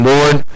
Lord